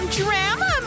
drama